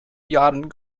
jahren